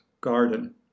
garden